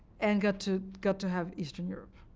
and got to got to have eastern europe.